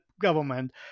government